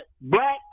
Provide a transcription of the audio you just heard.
black